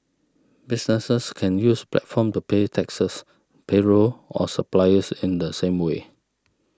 businesses can use platform to pay taxes payroll or suppliers in the same way